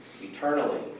eternally